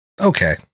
Okay